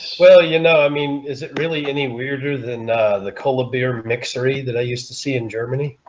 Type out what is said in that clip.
well, you know i mean is it really any weirder than the cola beer mixer ii that i used to see in germany